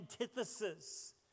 antithesis